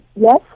Yes